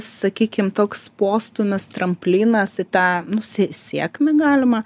sakykim toks postūmis tramplinas į tą nu si sėkmę galima